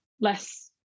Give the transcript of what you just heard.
less